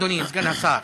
אדוני סגן השר.